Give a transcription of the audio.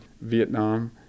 Vietnam